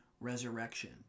resurrection